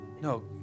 No